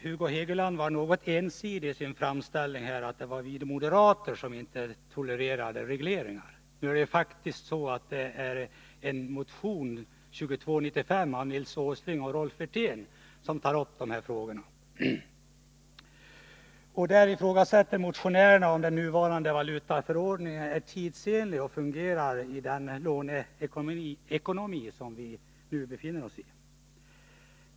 Hugo Hegeland var något ensidig i sin framställning, att det var moderaterna som inte tolererade regleringar. Nu är det faktiskt så att det är en motion, 2295, av Nils Åsling och Rolf Wirtén som tar upp de här frågorna. Motionärerna ifrågasätter om den nuvarande valutaförordningen är tidsenlig och fungerar i den låneekonomi som vi har.